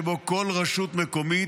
כמו כן,